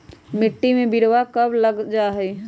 मिट्टी में बिरवा कब लगवल जयतई?